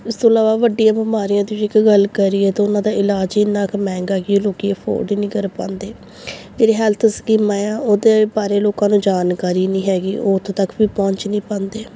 ਇਸ ਤੋਂ ਇਲਾਵਾ ਵੱਡੀਆਂ ਬਿਮਾਰੀਆਂ ਦੀ ਜੇਕਰ ਗੱਲ ਕਰ ਕਰੀਏ ਤਾਂ ਉਹਨਾਂ ਦਾ ਇਲਾਜ ਇੰਨਾ ਕੁ ਮਹਿੰਗਾ ਕਿ ਲੋਕ ਅਫੋਰਡ ਹੀ ਨਹੀਂ ਕਰ ਪਾਉਂਦੇ ਜਿਹੜੀ ਹੈਲਥ ਸਕੀਮਾਂ ਹੈ ਉਹਦੇ ਬਾਰੇ ਲੋਕਾਂ ਨੂੰ ਜਾਣਕਾਰੀ ਨਹੀਂ ਹੈਗੀ ਉਹ ਉੱਥੋਂ ਤੱਕ ਵੀ ਪਹੁੰਚ ਨਹੀਂ ਪਾਉਂਦੇ